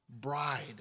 bride